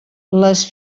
les